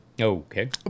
Okay